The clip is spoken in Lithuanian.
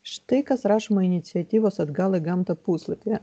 štai kas rašoma iniciatyvos atgal į gamtą puslapyje